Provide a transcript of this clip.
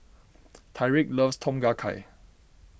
Tyrik loves Tom Kha Gai